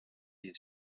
est